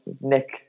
Nick